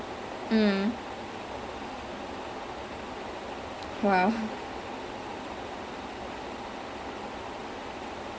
okay range rovers in singapore is half a million dollar car so அந்த வண்டிய வந்து அந்த:antha vandiya vanthu antha time at nineteen or twenty